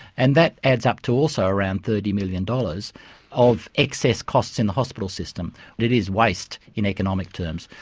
and that adds up to also around thirty million dollars of excess costs in the hospital system and it is waste in economic terms.